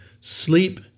Sleep